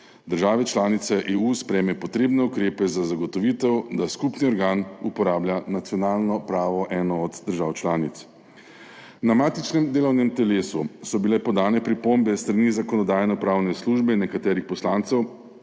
države članice EU sprejmejo potrebne ukrepe za zagotovitev, da skupni organ uporablja nacionalno pravo ene od držav članic. Na matičnem delovnem telesu so bile podane pripombe s strani Zakonodajno-pravne službe in nekaterih poslancev,